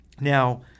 Now